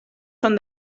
són